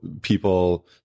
people